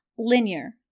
linear